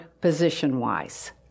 position-wise